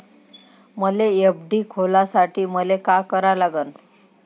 मले एफ.डी खोलासाठी मले का करा लागन?